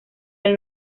del